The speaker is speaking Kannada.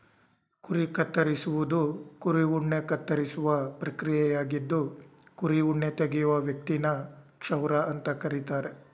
ಕುರಿ ಕತ್ತರಿಸುವುದು ಕುರಿ ಉಣ್ಣೆ ಕತ್ತರಿಸುವ ಪ್ರಕ್ರಿಯೆಯಾಗಿದ್ದು ಕುರಿ ಉಣ್ಣೆ ತೆಗೆಯುವ ವ್ಯಕ್ತಿನ ಕ್ಷೌರ ಅಂತ ಕರೀತಾರೆ